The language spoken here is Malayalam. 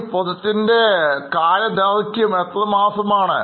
ഇ പ്രൊജക്റ്റ് ൻറെ കാലദൈർഘ്യം എത്ര മാസമാണ്